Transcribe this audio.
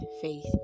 faith